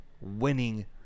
winning